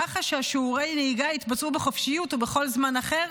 ככה ששיעורי הנהיגה יתבצעו בחופשיות או בכל זמן אחר,